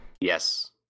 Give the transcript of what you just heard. Yes